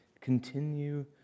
continue